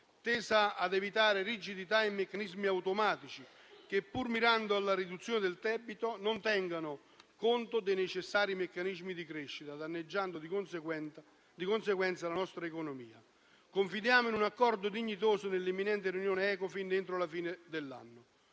tesa a evitare rigidità e meccanismi automatici che, pur mirando alla riduzione del debito, non tengano conto dei necessari meccanismi di crescita, danneggiando, di conseguenza, la nostra economia. Confidiamo in un accordo dignitoso nell'imminente riunione Ecofin entro la fine dell'anno.